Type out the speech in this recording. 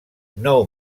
nou